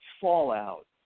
fallout